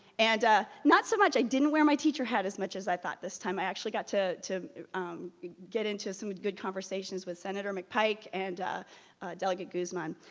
and not so much, i didn't wear my teacher hat as much as i thought this time. i actually got to to get into some good conversations with senator mcpike and delegate guzman.